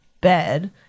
bed